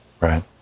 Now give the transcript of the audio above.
right